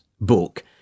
book